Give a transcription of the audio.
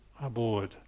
aboard